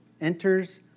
enters